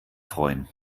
freuen